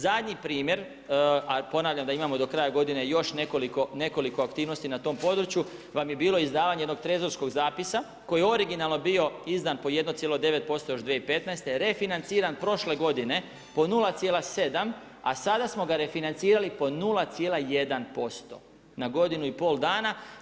Zadnji primjer, a ponavljam da imamo do kraja godine još nekoliko aktivnosti na tom području, vam je bilo izdavanje jednog trezorskog zapisa koji je originalno bio izdan po 1,9% još 2015., refinanciran prošle godine po 07, a sada smo ga refinancirali po 0,1% na godinu i pol dana.